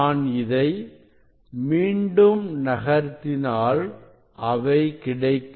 நான் இதை மீண்டும் நகர்த்தினாள் அவை கிடைக்கும்